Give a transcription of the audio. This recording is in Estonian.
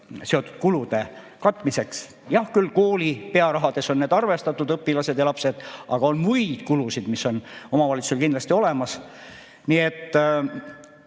seotud kulude katmiseks. Jah, küll kooli pearahades on need õpilased ja lapsed arvestatud, aga on muid kulusid, mis on omavalitsusel kindlasti olemas. Nii et